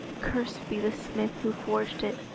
cursed be the smith who forged it,